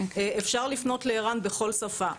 אפשר לפנות לער"ן בכל שפה.